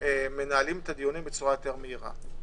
מנהלים את הדיונים בצורה הרבה יותר מהירה.